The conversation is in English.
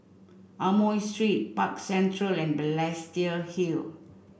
Amoy Street Park Central and Balestier Hill